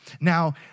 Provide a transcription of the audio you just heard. Now